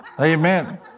Amen